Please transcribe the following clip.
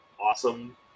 awesome